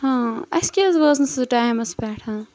ہاں اسہِ کیازِ وٲژ نہٕ سۄ ٹایِمَس پٮ۪ٹھ